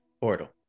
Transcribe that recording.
Portal